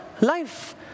life